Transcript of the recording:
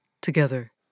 Together